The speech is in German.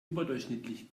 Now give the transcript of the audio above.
überdurchschnittlich